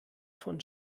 vom